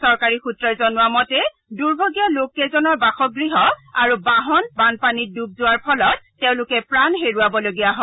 চৰকাৰী সূত্ৰই জনোৱা মতে দুৰ্ভগীয়া লোক কেইজনৰ বাসগৃহ আৰু বাহন বানপানীত ডুব যোৱাৰ ফলত তেওঁলোকে প্ৰাণ হেৰুৱাবলগীয়া হয়